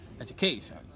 education